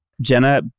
Jenna